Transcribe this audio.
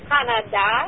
Canada